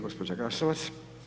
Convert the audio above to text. Gospođa Glasovac.